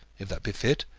if that be fit,